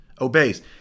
obeys